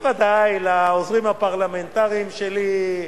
בוודאי לעוזרים הפרלמנטריים שלי,